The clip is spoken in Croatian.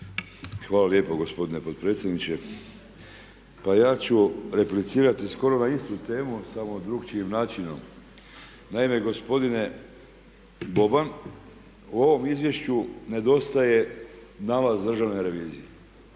Hvala lijepo gospodine potpredsjedniče. Pa ja ću replicirati skoro na istu temu samo drukčijim načinom. Naime, gospodine Boban u ovom izvješću nedostaje nalaz Državne revizije